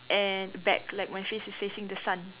and back like my face is facing the sun